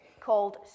called